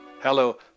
Hello